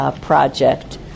project